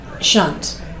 Shunt